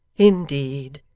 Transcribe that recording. indeed,